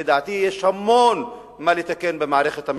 לדעתי, יש המון מה לתקן במערכת בתי-המשפט.